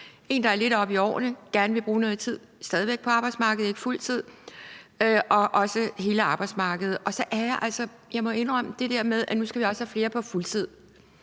en, der er lidt oppe i årene og gerne vil bruge noget tid på arbejdsmarkedet stadig væk, men ikke på fuld tid, og også hele arbejdsmarkedet. Jeg må indrømme, at det der med, at nu skal vi også have flere på fuld tid,